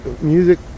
Music